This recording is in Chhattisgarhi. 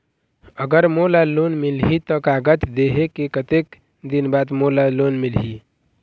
अगर मोला लोन मिलही त कागज देहे के कतेक दिन बाद मोला लोन मिलही?